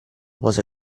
pose